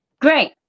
Great